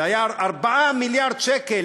זה היה 4 מיליארד שקל,